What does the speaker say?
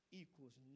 equals